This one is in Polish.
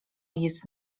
jest